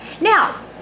Now